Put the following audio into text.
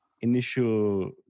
initial